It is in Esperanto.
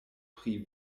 pri